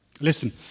Listen